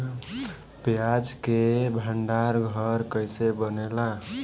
प्याज के भंडार घर कईसे बनेला?